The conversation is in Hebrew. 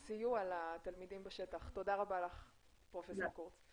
לדעתי היינו היום בחושך מוחלט וצריך לברך על כל הפעולות שהוא עשה.